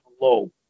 low